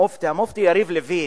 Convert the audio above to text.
המופתי יריב לוין,